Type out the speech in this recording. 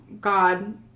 God